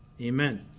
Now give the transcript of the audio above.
amen